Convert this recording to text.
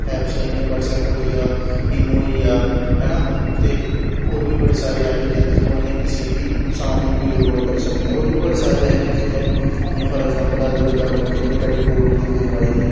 apps आइयां WhatsApp होई गेआ ईमो होई गेआ है ना ते होर बी बड़े सारे ऐप ऐ जेह्दे थ्रू अस किसी बी इंसान गी वीडियो काल करी सकने आं होर बी बड़ी सारी एहो जेही चीजां ऐं जि'यां फार अग्जैंपल अगर गल्ल करचै जि'यां पैह्लें कोविड दी वेव आई दी ही